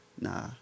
Nah